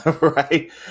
Right